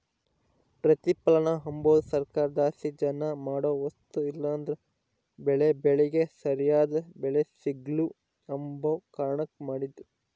ಪ್ರತಿಪಲನ ಅಂಬದು ಸರ್ಕಾರುದ್ಲಾಸಿ ಜನ ಮಾಡೋ ವಸ್ತು ಇಲ್ಲಂದ್ರ ಬೆಳೇ ಬೆಳಿಗೆ ಸರ್ಯಾದ್ ಬೆಲೆ ಸಿಗ್ಲು ಅಂಬ ಕಾರಣುಕ್ ಮಾಡಿದ್ದು